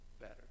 better